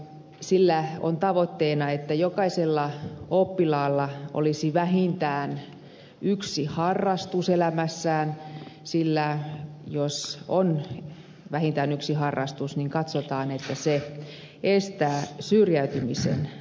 sillä on tavoitteena että jokaisella oppilaalla olisi vähintään yksi harrastus elämässään sillä jos on vähintään yksi harrastus niin katsotaan että se estää syrjäytymisen alkamisen